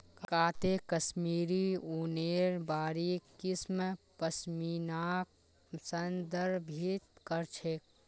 काते कश्मीरी ऊनेर बारीक किस्म पश्मीनाक संदर्भित कर छेक